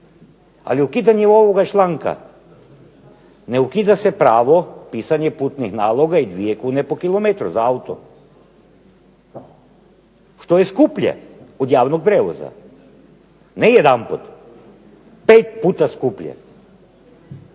Ali ukidanjem ovoga članka ne ukida se pravo pisanja putnih naloga i dvije kune po kilometru za auto što je skuplje od javnog prijevoza, ne jedanput, 5 puta skuplje.